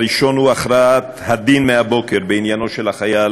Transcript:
הראשון הוא הכרעת הדין מהבוקר בעניינו של החייל